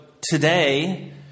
today